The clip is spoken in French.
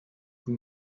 vous